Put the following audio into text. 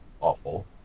awful